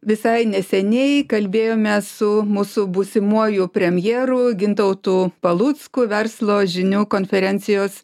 visai neseniai kalbėjome su mūsų būsimuoju premjeru gintautu palucku verslo žinių konferencijos